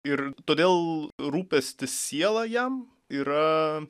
ir todėl rūpestis siela jam yra